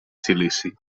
silici